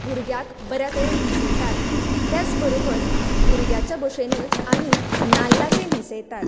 भुरग्यांक बऱ्या तरेन न्हेसयतात त्याच बरोबर भुरग्यांच्या भशेनच आनी नाल्लाक न्हेसयतात